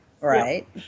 Right